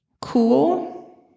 cool